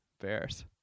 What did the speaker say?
Bears